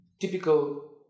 Typical